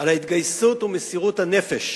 על ההתגייסות ומסירות הנפש